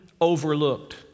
overlooked